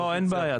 לא, אין בעיה.